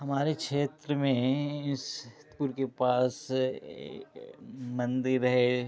हमारे क्षेत्र में इस पुल के पास मन्दिर है